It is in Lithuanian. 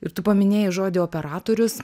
ir tu paminėjai žodį operatorius